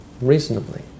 reasonably